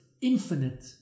infinite